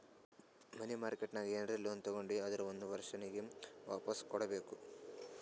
ಮನಿ market ನಾಗ್ ಏನರೆ loan ತಗೊಂಡಿ ಅಂದುರ್ ಒಂದ್ ವರ್ಷನಾಗೆ ವಾಪಾಸ್ ಕೊಡ್ಬೇಕ್